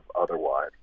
otherwise